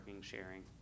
sharing